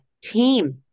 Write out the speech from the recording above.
team